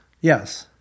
Yes